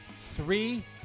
three